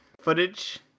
footage